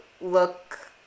look